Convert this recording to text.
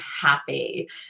happy